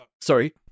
sorry